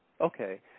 Okay